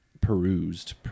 perused